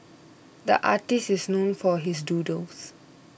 the artist is known for his doodles